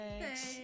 thanks